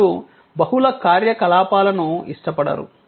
వారు బహుళ కార్యకలాపాలను ఇష్టపడరు